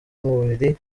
mubiri